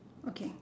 okay